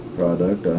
product